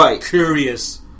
curious